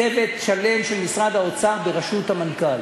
צוות שלם של משרד האוצר בראשות המנכ"ל.